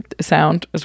sound